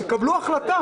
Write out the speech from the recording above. תקבלו החלטה.